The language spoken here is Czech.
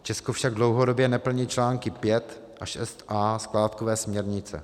Česko však dlouhodobě neplní články 5 a 6a skládkové směrnice.